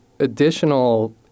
additional